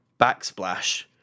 backsplash